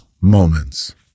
moments